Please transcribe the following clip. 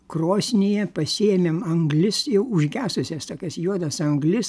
krosnyje pasiėmėm anglis jau užgesusias tokias juodas anglis